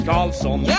Carlson